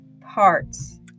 parts